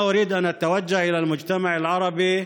(אומר דברים בשפה הערבית,